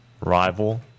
rival